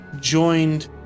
joined